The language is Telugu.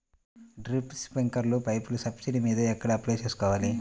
డ్రిప్, స్ప్రింకర్లు పైపులు సబ్సిడీ మీద ఎక్కడ అప్లై చేసుకోవాలి?